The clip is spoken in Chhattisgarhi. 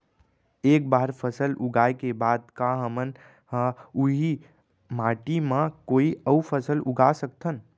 एक बार फसल उगाए के बाद का हमन ह, उही माटी मा कोई अऊ फसल उगा सकथन?